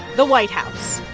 the white house.